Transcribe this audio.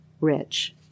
rich